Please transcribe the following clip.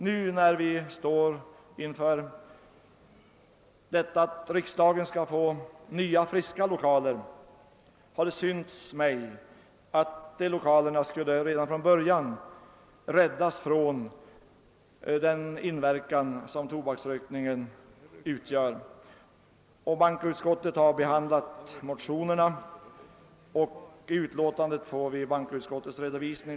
Nu när vi står inför utsikten att få nya, friska lokaler har det synts mig riktigt att lokalerna redan från början borde räddas från tobaksrökningens inverkan. Bankoutskottet har behandlat motionerna, och i utlåtandet får vi dess redovisning.